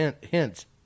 hints